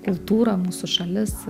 kultūra mūsų šalis